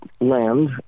land